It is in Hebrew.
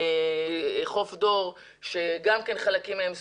חוף דור, שגם חלקים מהם סגורים.